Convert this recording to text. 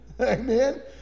Amen